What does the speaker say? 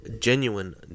genuine